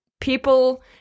people